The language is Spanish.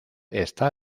está